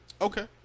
Okay